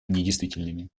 недействительными